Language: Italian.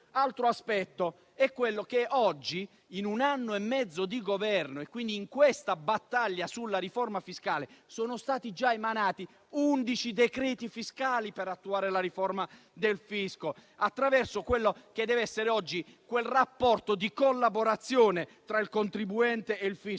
altro aspetto è relativo al fatto che oggi, in un anno e mezzo di Governo e in questa battaglia sulla riforma fiscale, sono stati già emanati 11 decreti fiscali per attuare la riforma del fisco attraverso quello che oggi dev'essere un rapporto di collaborazione tra il contribuente e il fisco,